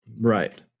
Right